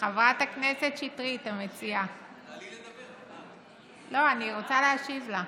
חברת הכנסת שטרית, המציעה, לא, אני רוצה להשיב לה.